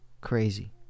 Crazy